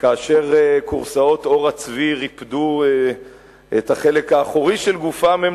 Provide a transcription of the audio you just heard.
וכאשר כורסאות עור הצבי ריפדו את החלק האחורי של גופם הם